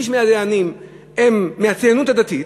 שליש מהדיינים הם מהציונות הדתית.